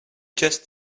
just